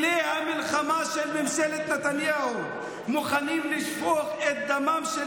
אלי המלחמה של ממשלת נתניהו מוכנים לשפוך את דמם של